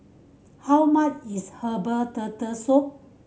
how much is herbal Turtle Soup